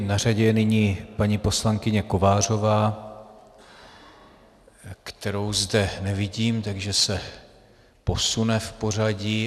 Na řadě je nyní paní poslankyně Kovářová, kterou zde nevidím, takže se posune v pořadí.